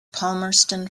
palmerston